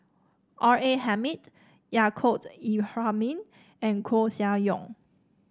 R A Hamid Yaacob Ibrahim and Koeh Sia Yong